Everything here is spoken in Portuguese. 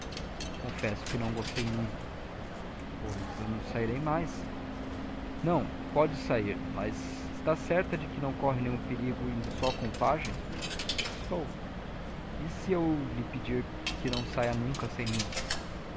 confesso que não gostei muito pois não sairei mais não pode sair mas está certa de que não corre nenhum perigo indo só com o pajem estou e se eu lhe pedir que não saia nunca sem mim